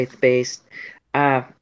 faith-based